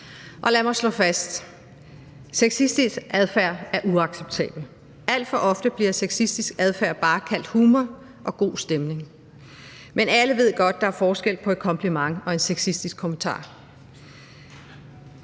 Lad mig slå fast: Sexistisk adfærd er uacceptabel. Alt for ofte bliver sexistisk adfærd bare kaldt humor og god stemning. Men alle ved godt, at der er forskel på et kompliment og en sexistisk kommentar.